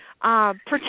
Protect